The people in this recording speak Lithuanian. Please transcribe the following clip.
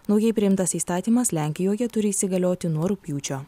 naujai priimtas įstatymas lenkijoje turi įsigalioti nuo rugpjūčio